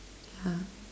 yeah